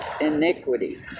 iniquity